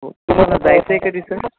हो तुम्हाला जायचं आहे कधी सर